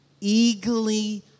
eagerly